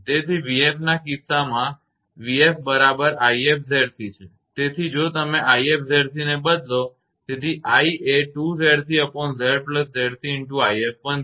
તેથી 𝑣𝑓 ના કિસ્સામાં 𝑣𝑓 બરાબર 𝑖𝑓𝑍𝑐 છે તેથી જો તમે 𝑖𝑓𝑍𝑐 ને બદલો તેથી i એ 2𝑍𝑐𝑍𝑍𝑐𝑖𝑓 બનશે